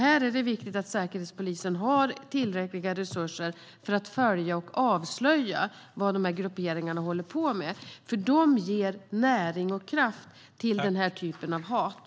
Här är det viktigt att Säkerhetspolisen har tillräckliga resurser för att följa och avslöja vad de här grupperingarna håller på med, för de ger näring och kraft till den här typen av hat.